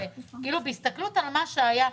בהסתכלות על מה שהיה,